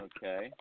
Okay